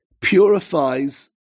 purifies